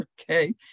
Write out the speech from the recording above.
Okay